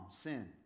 sin